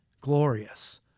glorious